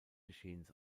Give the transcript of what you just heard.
geschehens